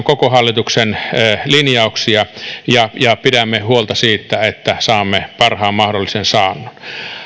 koko hallituksen linjauksia ja ja pidämme huolta siitä että saamme parhaan mahdollisen saannon